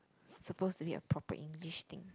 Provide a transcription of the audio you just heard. supposed to be a proper English thing